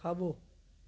खाॿो